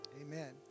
Amen